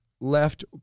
left